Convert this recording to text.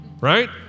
right